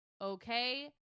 okay